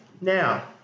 Now